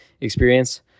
experience